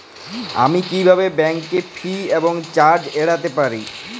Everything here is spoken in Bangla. আমি কিভাবে ব্যাঙ্ক ফি এবং চার্জ এড়াতে পারি?